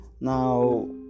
Now